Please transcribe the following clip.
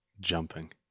jumping